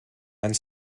and